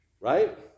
right